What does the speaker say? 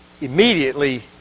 immediately